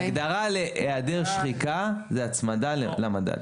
הגדרה להיעדר שחיקה לזה הצמדה למדד.